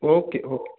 okay okay